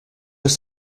just